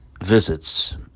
visits